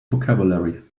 vocabulary